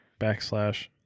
backslash